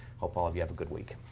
hope all of you have a good week.